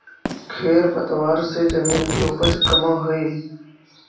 खेर पतवार से जमीन के उपज कमऽ हई